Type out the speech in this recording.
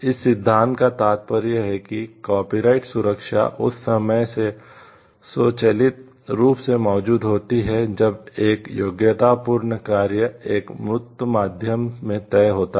इस सिद्धांत का तात्पर्य है कि कॉपीराइट सुरक्षा उस समय से स्वचालित रूप से मौजूद होती है जब एक योग्यतापूर्ण कार्य एक मूर्त माध्यम में तय होता है